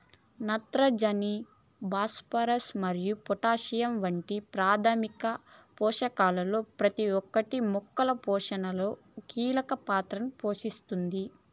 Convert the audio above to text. నత్రజని, భాస్వరం మరియు పొటాషియం వంటి ప్రాథమిక పోషకాలలో ప్రతి ఒక్కటి మొక్కల పోషణలో కీలక పాత్ర పోషిస్తుంది